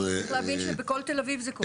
--- צריך להבין שבכל תל אביב זה קורה.